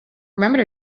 remember